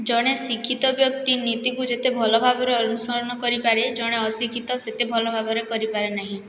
ଜଣେ ଶିକ୍ଷିତ ବ୍ୟକ୍ତି ନିତିକୁ ଯେତେ ଭଲଭାବରେ ଅନୁସରଣ କରିପାରେ ଜଣେ ଅଶିକ୍ଷିତ ସେତେ ଭଲଭାବରେ କରିପାରେ ନାହିଁ